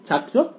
ছাত্র r